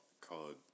called